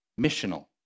missional